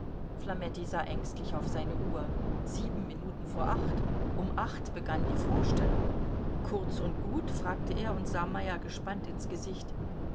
flametti sah ängstlich auf seine uhr sieben minuten vor acht um acht uhr begann die vorstellung kurz und gut fragte er und sah meyer gespannt ins gesicht